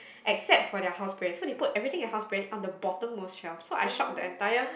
except for their house brand so they put everything the house brand on the bottom of shelf so I shocked that entire